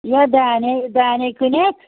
یا دانے دانے کٕنکھ